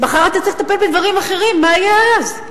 מחר אתה צריך לטפל בדברים אחרים, מה יהיה אז?